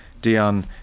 Dion